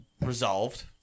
resolved